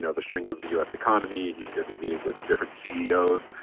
you know the strength of the u s. economy. he's going to be meeting with different ceos.